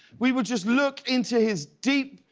we would just look into his deep,